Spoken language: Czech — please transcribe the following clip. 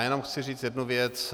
Jenom chci říct jednu věc.